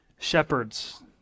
Shepherds